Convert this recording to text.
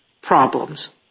problems